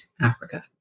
Africa